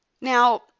Now